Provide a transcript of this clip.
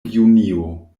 junio